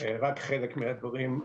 אלא רק חלק מהדברים.